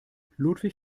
ludwig